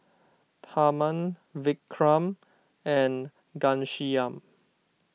Tharman Vikram and Ghanshyam